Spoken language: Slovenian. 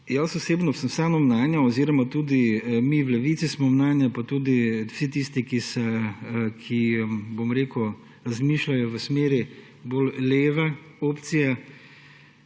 Osebno sem vseeno mnenja oziroma tudi mi v Levici smo mnenja, pa tudi vsi tisti, ki razmišljajo v smeri bolj leve opcije,